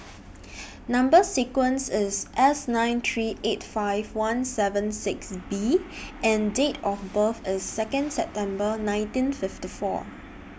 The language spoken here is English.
Number sequence IS S nine three eight five one seven six B and Date of birth IS Second September nineteen fifty four